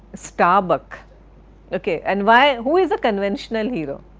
starbuck ok and why, who is the conventional hero?